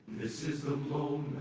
this is the moment.